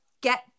get